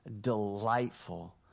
delightful